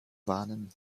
warnen